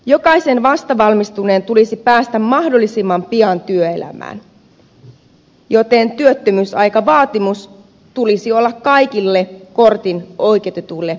jokaisen vastavalmistuneen tulisi päästä mahdollisimman pian työelämään joten työttömyysaikavaatimus tulisi olla kaikille korttiin oikeutetuille sama